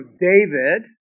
David